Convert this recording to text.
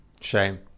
Shame